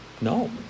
No